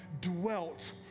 dwelt